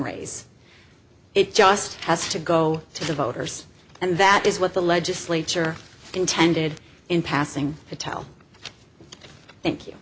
raise it just has to go to the voters and that is what the legislature intended in passing to tell thank you